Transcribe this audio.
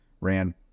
ran